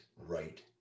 right